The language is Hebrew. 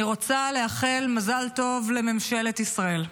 אני רוצה לאחל מזל טוב לממשלת ישראל: